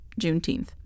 juneteenth